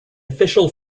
official